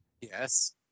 Yes